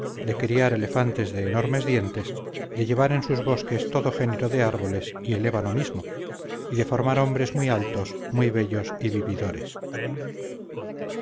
de criar elefantes de enormes dientes de llevar en sus bosques todo género de árboles y el ébano mismo y de formar hombres muy altos muy bellos y vividores